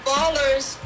Ballers